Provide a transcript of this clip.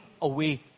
away